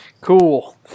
Cool